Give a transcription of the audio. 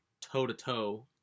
toe-to-toe